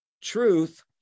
truth